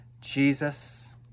Jesus